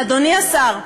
אדוני השר,